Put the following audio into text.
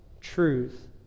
truth